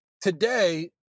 Today